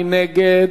מי נגד?